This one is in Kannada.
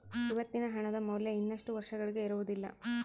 ಇವತ್ತಿನ ಹಣದ ಮೌಲ್ಯ ಇನ್ನಷ್ಟು ವರ್ಷಗಳಿಗೆ ಇರುವುದಿಲ್ಲ